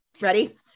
Ready